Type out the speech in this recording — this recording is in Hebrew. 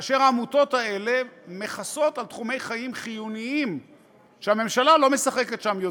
והעמותות האלה מכסות על תחומי חיים חיוניים שהממשלה לא משחקת בהם יותר.